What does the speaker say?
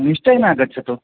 निश्चयेन आगच्छतु